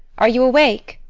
are you awake?